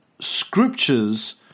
scriptures